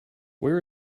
where